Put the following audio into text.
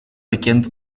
bekend